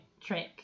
trick